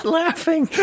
laughing